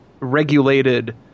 regulated